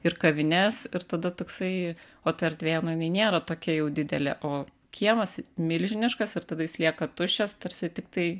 ir kavines ir tada toksai o ta erdvė nu jinai nėra tokia jau didelė o kiemas milžiniškas ir tada jis lieka tuščias tarsi tiktai